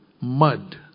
mud